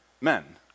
men